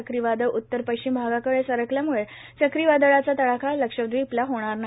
चक्रीवादळ उत्तर पश्चिम भागाकडे सरकल्याम्ळं चक्रीवादळाचा तडाखा लक्षदवीपला होणार नाही